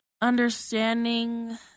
understanding